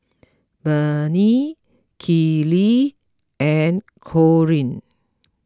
Bennie Kylee and Corean